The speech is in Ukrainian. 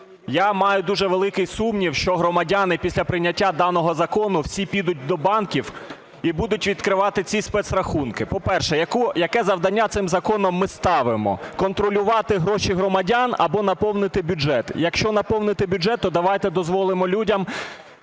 Я маю дуже великий сумнів, що громадяни після прийняття даного закону всі підуть до банків і будуть відкривати ці спецрахунки. По-перше, яке завдання цим законом ми ставимо: контролювати гроші громадян або наповнити бюджет? Якщо наповнити бюджет, то давайте дозволимо людям